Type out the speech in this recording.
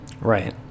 Right